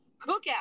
cookout